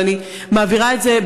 אבל אני מעבירה את זה,